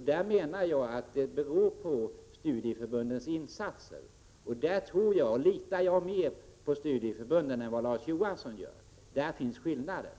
till. I det avseendet menar jag att studieförbundens insatser är avgörande. Jag litar således mera på studieförbunden än vad Larz Johansson gör — däri ligger skillnaden.